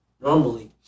Normally